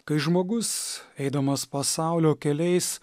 kai žmogus eidamas pasaulio keliais